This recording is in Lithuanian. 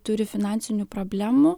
turi finansinių problemų